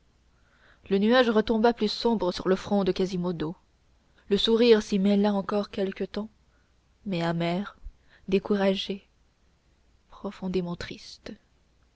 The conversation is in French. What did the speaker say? le nuage retomba plus sombre sur le front de quasimodo le sourire s'y mêla encore quelque temps mais amer découragé profondément triste